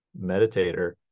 meditator